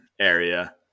area